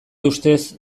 ustez